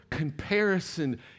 comparison